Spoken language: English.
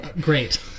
Great